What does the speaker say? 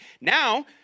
Now